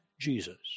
Jesus